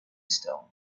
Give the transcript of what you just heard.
stone